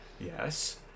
Yes